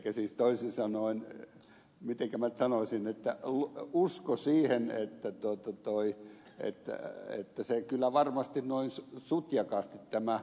elikkä siis toisin sanoen mitenkä minä nyt sanoisin uskoa siihen että tämä uusiminen kyllä varmasti noin sutjakkaastittämää